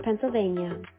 Pennsylvania